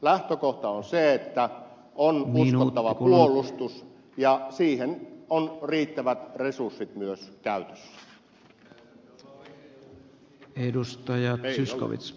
lähtökohta on se että on uskottava puolustus ja siihen on riittävät resurssit myös käytössä